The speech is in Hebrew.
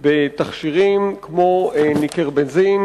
בתכשירים כמו ניקרבזין.